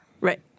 Right